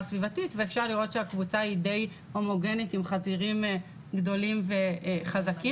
סביבתית ואפשר לראות שהקבוצה היא די הומוגנית עם חזירים גדולים וחזקים.